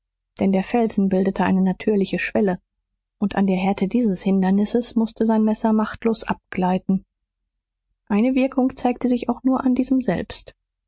denn der felsen bildete eine natürliche schwelle und an der härte dieses hindernisses mußte sein messer machtlos abgleiten eine wirkung zeigte sich auch nur an diesem selbst